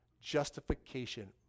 justification